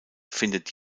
findet